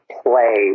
play